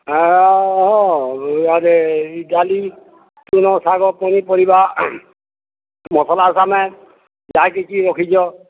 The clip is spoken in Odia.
ଆଁ ହଁ ଇୟାଡ଼େ ଡାଲି ତୃଣ ଶାଗ ପନିପରିବା ମସଲା ସାମାନ୍ ଭାଜି କି ରଖିଛ